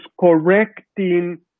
correcting